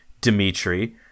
Dmitry